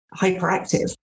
hyperactive